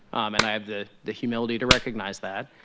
and i have the the humility to recognize that.